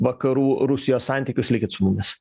vakarų rusijos santykius likit su mumis